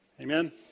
amen